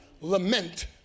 lament